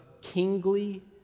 kingly